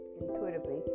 intuitively